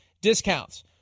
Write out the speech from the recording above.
discounts